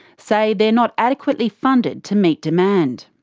say they're not adequately funded to meet demand.